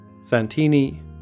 Santini